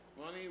Money